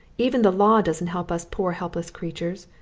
even the law doesn't help us poor helpless creatures,